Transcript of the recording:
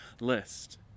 list